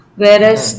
whereas